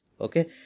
okay